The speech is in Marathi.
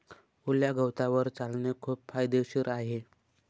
ओल्या गवतावर चालणे खूप फायदेशीर आहे